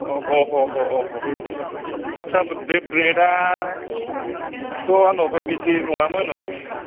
अह' ह ह अह' आच्छा बे ब्रेडाथ' आंनावहाय बिदि नङामोन